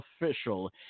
Official